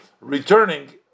returning